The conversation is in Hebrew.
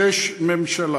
יש ממשלה,